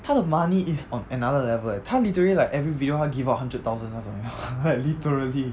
他的 money is on another level leh 他 literally like every video 他 give out hundred thousand 那种 leh like literally